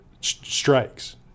strikes